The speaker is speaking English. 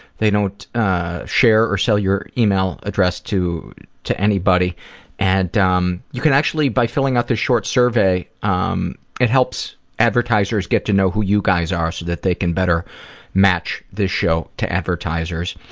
they don't share or sell your email address to to anybody and um you can actually, by filling out this short survey, um it helps advertisers get to know who you guys are so that they can better match this show to advertisers.